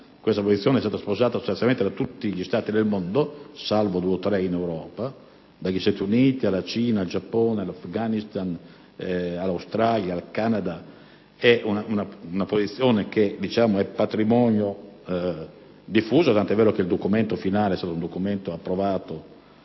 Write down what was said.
questa posizione è stata sposata sostanzialmente da tutti gli Stati del mondo, salvo due o tre in Europa, dagli Stati Uniti alla Cina, dal Giappone all'Afghanistan, dall'Australia al Canada. Tale posizione è patrimonio diffuso, tant'è vero che il documento finale è stato approvato